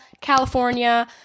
California